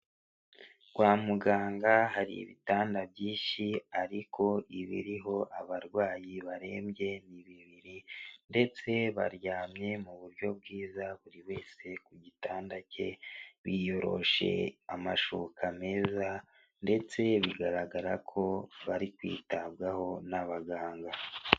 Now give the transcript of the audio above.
Kwa muganga hari ibitanda byinshi ariko ibiriho abarwayi barembye ni bibiri ndetse baryamye mu buryo bwiza buri wese ku gitanda cye; biyoroshe amashuka meza ndetse bigaragara ko bari kwitabwaho n'abaganga.